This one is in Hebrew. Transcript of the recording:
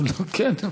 כן.